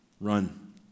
Run